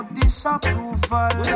disapproval